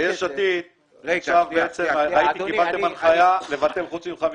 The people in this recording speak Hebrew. ב-יש עתיד קיבלתם הנחיה לבטל חוץ ממך מיקי,